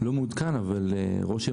לא מעודכן - אבל ראש העיר,